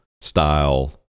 style